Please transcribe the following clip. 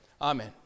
Amen